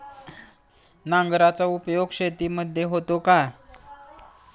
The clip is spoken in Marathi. नांगराचा उपयोग शेतीमध्ये होतो का?